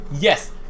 yes